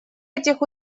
этих